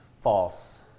false